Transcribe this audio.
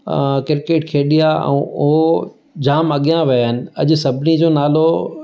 अ cricket खेॾी आहे ऐं ओ जामु अॻियां विया आहिनि अॼ सभिनी जो नालो